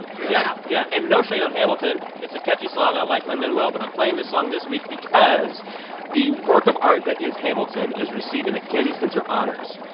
yeah, yeah. and no shade on hamilton. it's a catchy song. i like lin-manuel. but i'm playing this song this week because the work of art that is hamilton is receiving the kennedy center honors.